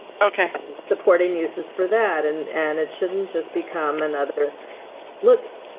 okay, supporting uses for that and and it shouldn't just become another look.